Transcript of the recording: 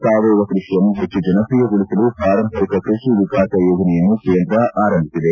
ಸಾವಯವ ಕೃಷಿಯನ್ನು ಹೆಚ್ಚು ಜನಪ್ರಿಯಗೊಳಿಸಲು ಪಾರಂಪರಿಕ ಕೃಷಿ ವಿಕಾಸ ಯೋಜನೆಯನ್ನು ಕೇಂದ್ರ ಆರಂಭಿಸಿದೆ